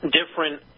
different